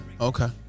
Okay